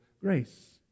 grace